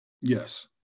Yes